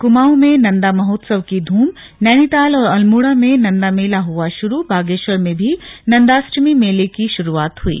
कुमाऊं में नंदा महोत्सव की धूमनैनीताल और अल्मोड़ा में नंदा मेला हुआ शुरूबागेश्वर में भी नंदाष्टमी मेले की शुरुआत हई